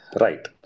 Right